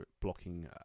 blocking